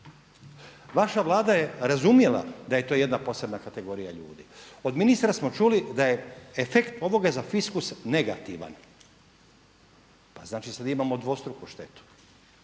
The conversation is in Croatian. Vaša vlada je razumjela da je to jedna posebna kategorija ljudi. Od ministra smo čuli da je efekt ovoga za fiskus negativan, pa znači sada imamo dvostruku štetu.